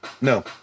No